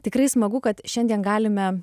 tikrai smagu kad šiandien galime